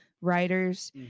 writers